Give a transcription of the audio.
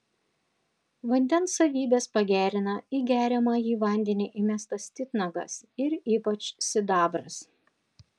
vandens savybes pagerina į geriamąjį vandenį įmestas titnagas ir ypač sidabras